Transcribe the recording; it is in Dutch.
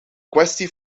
kwestie